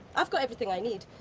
i've got everything i need.